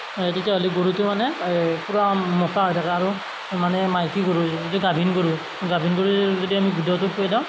তেতিয়াহ'লে গৰুটো মানে পূৰা মোটা হৈ থাকে আৰু মানে মাইকী গৰু যিটো গাভিনী গৰু গাভিনী গৰু যদি আমি গুদাটো খুৱাই দিওঁ